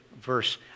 verse